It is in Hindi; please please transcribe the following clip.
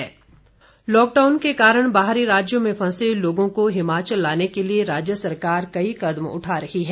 विशेष रेलगाडी लॉकडाउन के कारण बाहरी राज्यों में फंसे लोगों को हिमाचल लाने के लिए राज्य सरकार कई कदम उठा रही है